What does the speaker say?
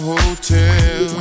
Hotel